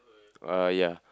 uh ya